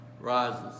rises